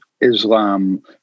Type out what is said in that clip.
Islam